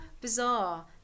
bizarre